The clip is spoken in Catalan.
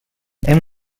hem